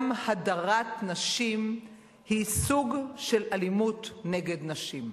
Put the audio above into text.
גם הדרת נשים היא סוג של אלימות נגד נשים,